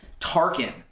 Tarkin